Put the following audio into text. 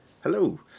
Hello